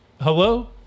Hello